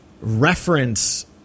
reference